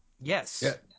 Yes